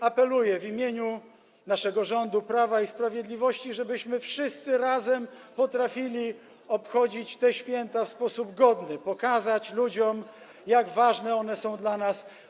I apeluję w imieniu naszego rządu Prawa i Sprawiedliwości, żebyśmy wszyscy razem potrafili obchodzić te święta w sposób godny, potrafili pokazać ludziom, jak ważne są one dla nas.